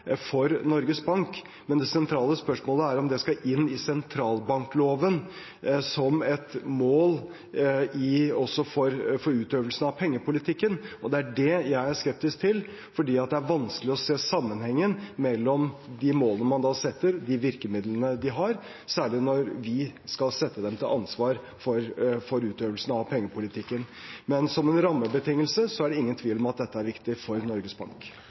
for Norges Bank, men det sentrale spørsmålet er om det skal inn i sentralbankloven som et mål for utøvelsen av pengepolitikken, og det er det jeg er skeptisk til, for det er vanskelig å se sammenhengen mellom de målene man da setter, de virkemidlene de har, særlig når vi skal stille dem til ansvar for utøvelsen av pengepolitikken. Men som en rammebetingelse er det ingen tvil om at dette er viktig for Norges Bank.